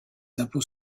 impôts